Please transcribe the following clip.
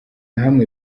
hamwe